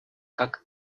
как